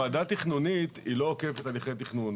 ועדה תכנונית, היא לא עוקפת הליכי תכנון.